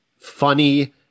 funny